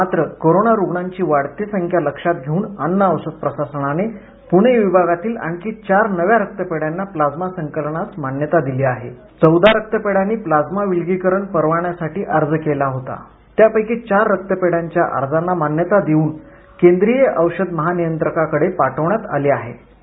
मात्र कोरोना रुग्णाची वाढती संख्या लक्षात घेऊन अन्न औषध प्रशासनाने पूणे विभागातील आणखी चार नव्या रक्तपेढ्यांना प्लाझ्मा संकलनास मान्यता दिली आहे चौदा रक्तपेढ्यांनी प्लाझ्मा विलगीकरण परवान्यासाठी अर्ज केला होता त्यापैकी चार रक्तपेढ्यांच्या अर्जांना मान्यता देऊन केंद्रीय औषध महानियंत्रकांकडे पाठविण्यात आले होते